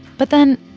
but then,